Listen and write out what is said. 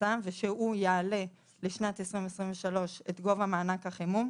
הכנסה ושהוא יעלה לשנת 2023 את גובה מענק החימום,